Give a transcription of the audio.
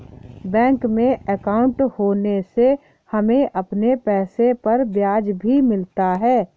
bank में अंकाउट होने से हमें अपने पैसे पर ब्याज भी मिलता है